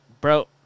Bro